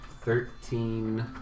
Thirteen